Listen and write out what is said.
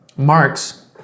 Marx